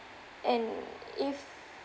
and if